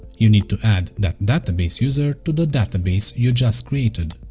you need to add that database user to the database you just created.